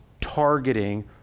targeting